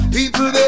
People